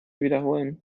wiederholen